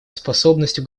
способностью